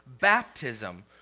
baptism